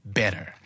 better